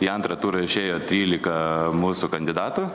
į antrą turą išėjo trylika mūsų kandidatų